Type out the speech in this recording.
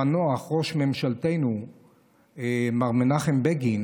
ראש ממשלתנו המנוח מר מנחם בגין